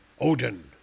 Odin